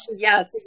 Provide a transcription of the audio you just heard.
Yes